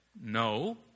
No